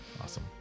Awesome